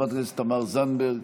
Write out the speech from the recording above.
חברת הכנסת תמר זנדברג,